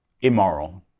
immoral